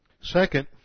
Second